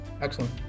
Excellent